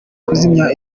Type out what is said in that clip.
kuzimya